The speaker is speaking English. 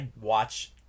watch